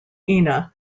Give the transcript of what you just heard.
ina